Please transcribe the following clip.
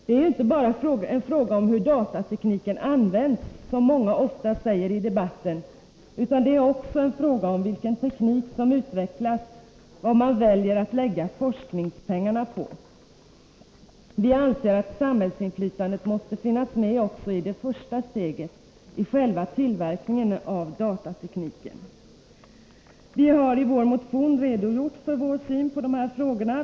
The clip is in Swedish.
Det är ju inte bara en fråga om hur datatekniken används, som många ofta säger i debatten, utan det är också en fråga om vilken teknik som utvecklas, vad man väljer att lägga forskningspengarna på. Vi anser att samhällsinflytandet måste finnas med också i det första steget, dvs. i själva tillverkningen av datatekniken. Vi har i vår motion redogjort för vår syn på dessa frågor.